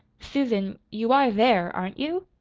susan, you are there, aren't you?